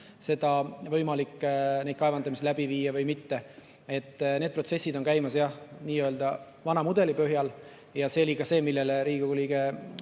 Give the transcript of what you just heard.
on võimalik kaevandamist läbi viia või mitte. Need protsessid on käimas nii-öelda vana mudeli põhjal ja see oli ka see, millele Riigikogu